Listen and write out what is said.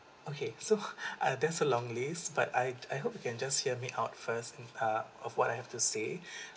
okay so uh there's a long list but I'd I hope you can just hear me out first and uh of what I have to say